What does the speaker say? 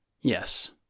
Yes